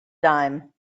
dime